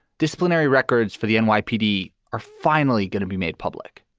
disciplinary records for the and nypd are finally going to be made public.